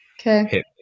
Okay